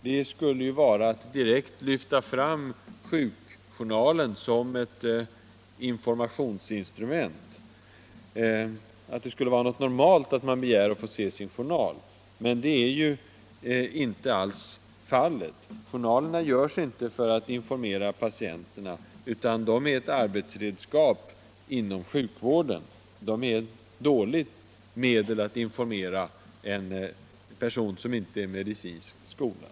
Det skulle vara att direkt lyfta fram sjukjournalen som ett informationsinstrument och ge intryck av att det skulle vara något normalt att man begär att få se sin journal. Det är ju inte alls fallet. Journalerna förs inte för att informera patienten, utan de är ett arbetsredskap inom sjukvården. De är ett dåligt medel att informera en person som inte är medicinskt skolad.